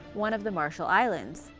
one of the marshall islands.